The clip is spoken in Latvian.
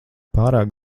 pārāk